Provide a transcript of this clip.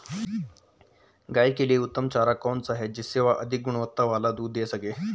गाय के लिए उत्तम चारा कौन सा है जिससे वह अधिक गुणवत्ता वाला दूध दें सके?